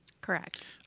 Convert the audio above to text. Correct